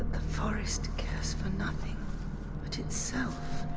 the forest cares for nothing but itself.